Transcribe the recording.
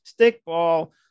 stickball